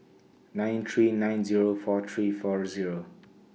nine three nine Zero four three four Zero